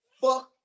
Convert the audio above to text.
fuck